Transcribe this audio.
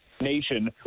nation